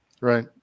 right